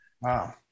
wow